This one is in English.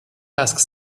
asks